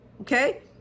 Okay